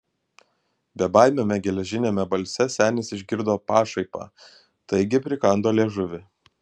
bebaimiame geležiniame balse senis išgirdo pašaipą taigi prikando liežuvį